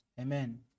amen